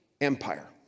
empire